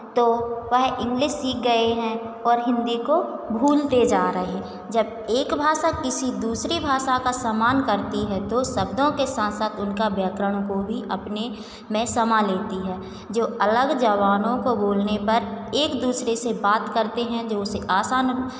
तो वह इंग्लिश सीख गए हैं और हिन्दी को भूलते जा रहे जब एक भाषा किसी दूसरी भाषा का सम्मान करती है तो शब्दों के साथ साथ उनका व्याकरण को भी अपने में समा लेती है जो अलग ज़ुबानों को बोलने पर एक दूसरे से बात करते हैं जो उसे आसान